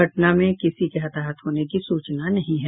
घटना में किसी के हताहत होने की सूचना नही है